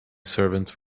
servant